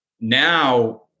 Now